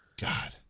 God